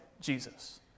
Jesus